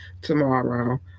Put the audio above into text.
tomorrow